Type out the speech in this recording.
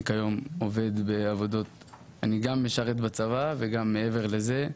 אני כיום גם משרת בצבא וגם מעבר לזה,